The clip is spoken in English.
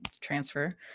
transfer